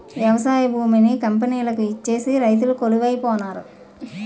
వ్యవసాయ భూమిని కంపెనీలకు ఇచ్చేసి రైతులు కొలువై పోనారు